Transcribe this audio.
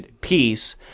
peace